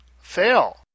Fail